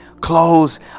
clothes